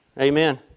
Amen